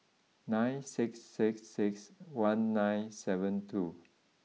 nine six six six one nine seven two